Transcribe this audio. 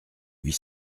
huit